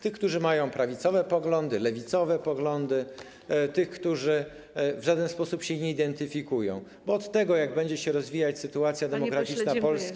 Tych, którzy mają prawicowe poglądy, lewicowe poglądy, tych, którzy w żaden sposób się nie identyfikują, bo od tego, jak będzie się rozwijać sytuacja demograficzna Polski.